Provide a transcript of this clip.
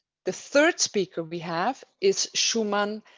the third speaker we have is shumann